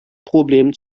problem